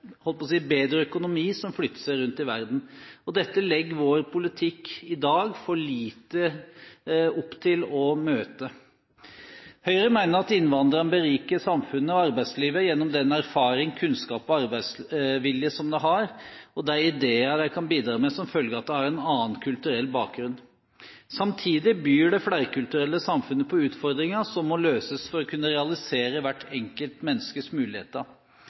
holdt på å si – bedre økonomi som flytter rundt i verden. Dette legger vår politikk i dag for lite opp til å møte. Høyre mener at innvandrerne beriker samfunnet og arbeidslivet gjennom den erfaring, kunnskap og arbeidsvilje de har, og med de ideer de kan bidra med som følge av at de har en annen kulturell bakgrunn. Samtidig byr det flerkulturelle samfunnet på utfordringer som må løses for å kunne realisere hvert enkelt menneskes muligheter.